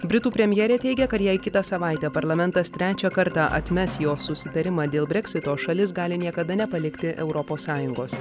britų premjerė teigia kad jei kitą savaitę parlamentas trečią kartą atmes jo susitarimą dėl breksito šalis gali niekada nepalikti europos sąjungos